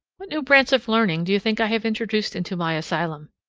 what new branch of learning do you think i have introduced into my asylum?